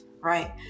right